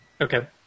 Okay